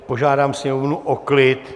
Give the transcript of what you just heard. Požádám sněmovnu o klid.